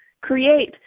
create